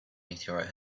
meteorite